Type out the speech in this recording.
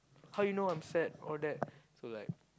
how you know I'm sad all that so like